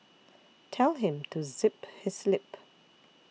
tell him to zip his lip